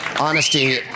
honesty